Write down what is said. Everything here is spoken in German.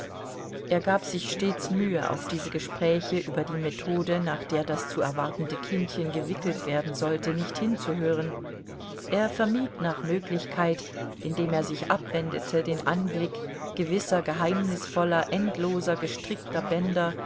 er gab sich stets mühe auf diese gespräche über die methode nach der das zu erwartende kindchen gewickelt werden sollte nicht hinzuhören er vermied nach möglichkeit indem er sich abwendete den anblick gewisser geheimnisvoller endloser gestrickter bänder